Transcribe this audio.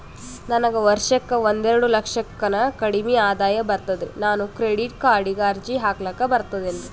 ನನಗ ವರ್ಷಕ್ಕ ಒಂದೆರಡು ಲಕ್ಷಕ್ಕನ ಕಡಿಮಿ ಆದಾಯ ಬರ್ತದ್ರಿ ನಾನು ಕ್ರೆಡಿಟ್ ಕಾರ್ಡೀಗ ಅರ್ಜಿ ಹಾಕ್ಲಕ ಬರ್ತದೇನ್ರಿ?